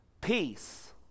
Peace